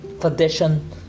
tradition